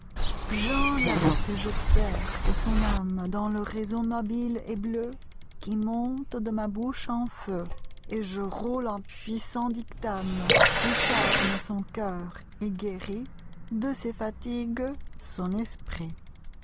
et je berce son âmedans ie réseau mobile et bleuqui monte de ma bouche en feu l't je roule un puissant dictamequi charme son cœur et guéritde ses fatigues son esprit